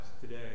today